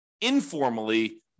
informally